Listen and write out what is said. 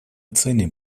ценим